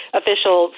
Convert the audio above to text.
official